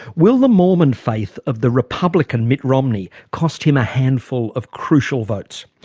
will the mormon faith of the republican mitt romney cost him a handful of crucial votes?